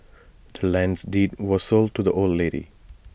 the land's deed was sold to the old lady